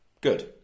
good